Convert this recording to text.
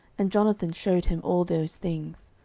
and jonathan shewed him all those things.